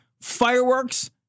fireworks